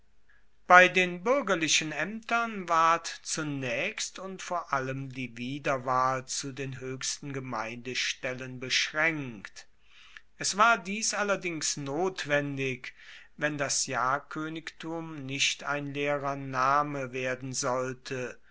bei den buergerlichen aemtern ward zunaechst und vor allem die wiederwahl zu den hoechsten gemeindestellen beschraenkt es war dies allerdings notwendig wenn das jahrkoenigtum nicht ein leerer name werden sollte